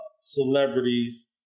celebrities